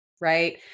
right